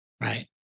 Right